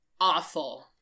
awful